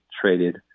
traded